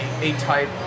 A-type